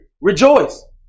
rejoice